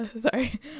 sorry